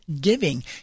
giving